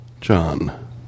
John